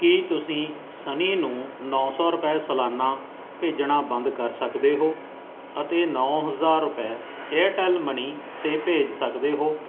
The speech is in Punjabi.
ਕੀ ਤੁਸੀਂ ਸਨੀ ਨੂੰ ਨੌਂ ਸੌ ਰੁਪਏ ਸਲਾਨਾ ਭੇਜਣਾ ਬੰਦ ਕਰ ਸਕਦੇ ਹੋ ਅਤੇ ਨੌਂ ਹਜਾਰ ਰੁਪਏ ਏਅਰਟੈੱਲ ਮਨੀ 'ਤੇ ਭੇਜ ਸਕਦੇ ਹੋ